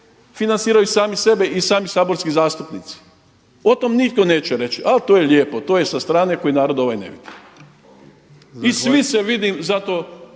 financiraju sami sebi i sami saborski zastupnici. O tom nitko neće reći e to je lijepo, to je sa strane koji narod ovaj ne vidi. I svi šute o tome.